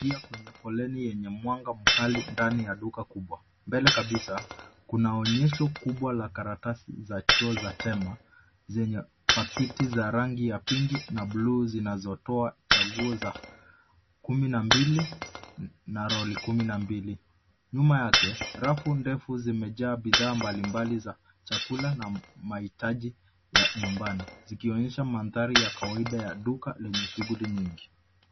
Pia kwenye foleni yenye mwanga mkali ndani ya duka kubwa. Mbele kabisa, kuna onyesho kubwa la karatasi za choo za tema, zenye pakiti za rangi ya pink na blue zinazotoa chaguo za kumi na mbili na roli kumi na mbili. Nyuma yake, rafu ndefu zimejaa bidhaa mbalimbali za chakula na mahitaji ya nyumbani, zikionyesha mandhari ya kawaida ya duka lenye shughuli nyingi.